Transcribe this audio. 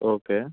okay